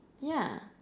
yeah